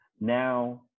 now